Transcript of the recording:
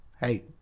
Hey